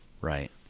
right